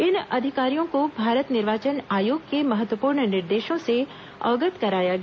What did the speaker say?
इन अधिकारियों को भारत निर्वाचन आयोग के महत्वपूर्ण निर्देशों से अवगत कराया गया